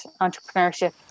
entrepreneurship